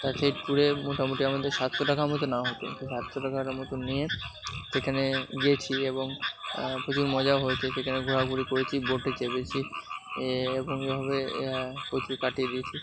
তা সেই ট্যুরে মোটামুটি আমাদের সাতশো টাকা মতো নেওয়া হতো তো সাতশো টাকার মতো নিয়ে সেখানে গেছি এবং খুবই মজা হয়েছে সেখানে ঘোরাঘুরি করেছি বোটে চেপেছি এরকমভাবে কাটিয়ে দিয়েছি